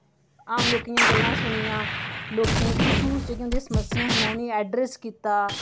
आम लोकें दियां गल्लां बी सुनियां लोकें इशू जेह्कियां उं'दियां समस्यां हियां उ'नें ई ऐड्रैस कीता